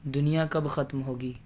دنیا کب ختم ہوگی